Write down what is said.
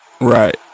Right